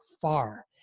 far